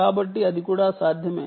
కాబట్టి అది కూడా సాధ్యమే